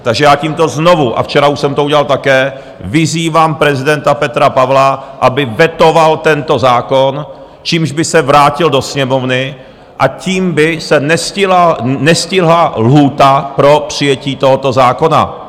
Takže já tímto znovu, a včera už jsem to udělal také, vyzývám prezidenta Petra Pavla, aby vetoval tento zákon, čímž by se vrátil do Sněmovny a tím by se nestihla lhůta pro přijetí tohoto zákona.